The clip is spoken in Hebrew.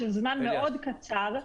שזה זמן מאוד קצר?